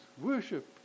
worship